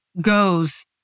goes